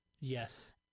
yes